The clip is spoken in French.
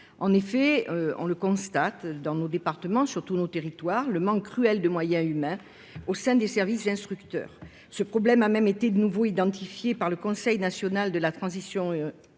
En effet, on constate dans les départements, sur tout le territoire, un manque cruel de moyens humains au sein des services instructeurs. Ce problème a même été de nouveau identifié par le Conseil national de la transition